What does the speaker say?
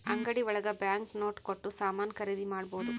ಅಂಗಡಿ ಒಳಗ bank note ಕೊಟ್ಟು ಸಾಮಾನ್ ಖರೀದಿ ಮಾಡ್ಬೋದು